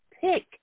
pick